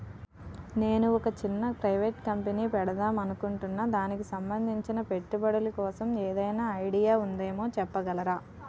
నేను ఒక చిన్న ప్రైవేట్ కంపెనీ పెడదాం అనుకుంటున్నా దానికి సంబందించిన పెట్టుబడులు కోసం ఏదైనా ఐడియా ఉందేమో చెప్పగలరా?